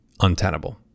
untenable